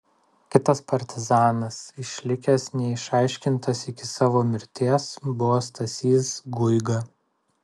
kitas partizanas išlikęs neišaiškintas iki savo mirties buvo stasys guiga